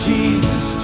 Jesus